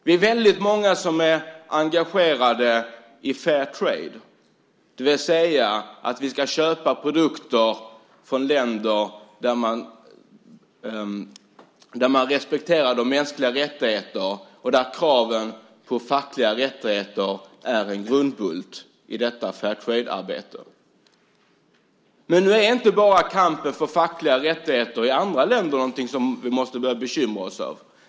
Vi är väldigt många som är engagerade i Fairtrade, det vill säga att vi ska köpa produkter från länder där man respekterar de mänskliga rättigheterna. Kraven på fattigas rättigheter är en grundbult i Fairtradearbetet. Men nu är inte bara kampen för fackliga rättigheter i andra länder någonting som vi måste börja bekymra oss för.